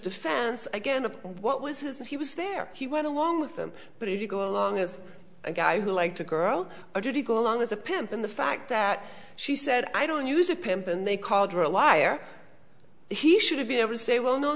defense again of what was his and he was there he went along with them but if you go along as a guy who liked to girl or did you go along as a pimp and the fact that she said i don't use a pimp and they called her a liar he should have been able to say well no